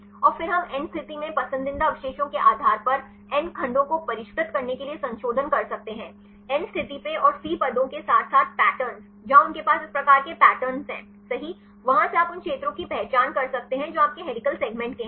और फिर हम n स्थिति में पसंदीदा अवशेषों के आधार पर n खंडों को परिष्कृत करने के लिए संशोधन कर सकते हैं N स्थिति पे और C पदों के साथ साथ पैटर्न जहां उनके पास इस प्रकार के पैटर्न हैं सहीवहां से आप उन क्षेत्रों की पहचान कर सकते हैं जो आप के हेलिकल सेगमेंट के हैं